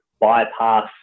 bypass